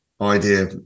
idea